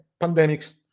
pandemics